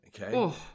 okay